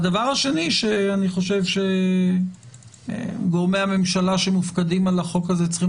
הדבר השני שאני חושב שגורמי הממשלה שמופקדים על החוק הזה צריכים